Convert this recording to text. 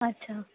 अच्छा